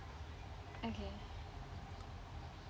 okay